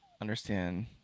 understand